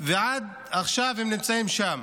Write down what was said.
ועד עכשיו הם נמצאים שם.